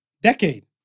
Decade